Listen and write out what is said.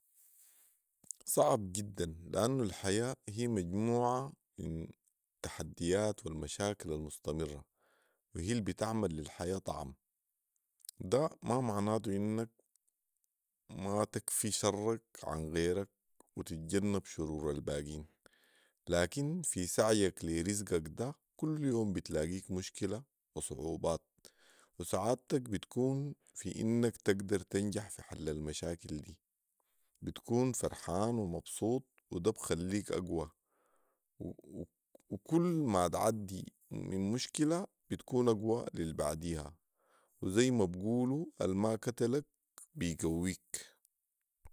صعب جدا لانه الحياه هي مجموعه من تحديات والمشاكل المستمره وهي البتعمل للحياه طعم. ده ما معناتو انك ما تكفي شرك عن غيرك وتتجنب شرور الباقين لكن في سعيك لي رزقك ده كل يوم بتلاقيك مشكله وصعوبات وسعادتك بتكون في انك تقدر تنجح في حل المشاكل دي بتكون فرحان ومبسوط وده بيخليك اقوي وكل ما تعدي من مشكله بتكون اقوي للبعديها وذي ما بيقولو الما كتلك بيقويك